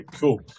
cool